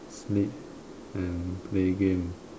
sleep and play game